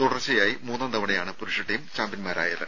തുടർച്ചയായി മൂന്നാം തവണയാണ് പുരുഷ ടീം ചാമ്പ്യന്മാരായത്